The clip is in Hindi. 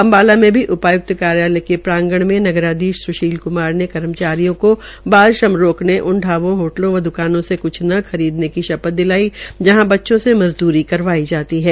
अम्बाला में उपायुक्त कार्यालय के प्रांगण में नगराधीश सुशील कुमार ने कर्मचारियो को बाल श्रम रोकने उन शाबों होटलों व द्कानों से क्छ न खरीदने की शपथ दिलवाई जहां बच्चों से मजदूरी करवाई जाती है